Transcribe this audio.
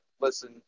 listen